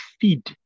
feed